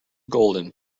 golden